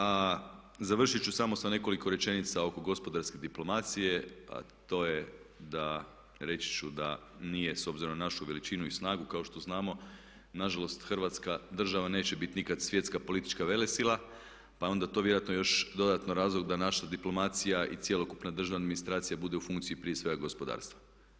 A završit ću samo sa nekoliko rečenica oko gospodarske diplomacije, a to je da reći ću da nije s obzirom na našu veličinu i snagu kao što znamo nažalost Hrvatska država neće biti nikad svjetska politička velesila pa je onda to vjerojatno još dodatno razlog da naša diplomacija i cjelokupna državna administracija bude u funkciji prije svega gospodarstva.